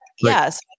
Yes